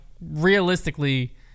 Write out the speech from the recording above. realistically